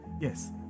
Yes